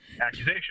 accusation